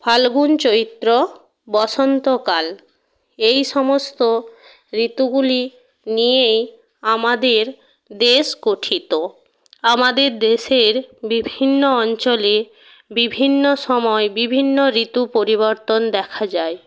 ফাল্গুন চৈত্র বসন্তকাল এই সমস্ত ঋতুগুলি নিয়েই আমাদের দেশ গঠিত আমাদের দেশের বিভিন্ন অঞ্চলে বিভিন্ন সময়ে বিভিন্ন ঋতু পরিবর্তন দেখা যায়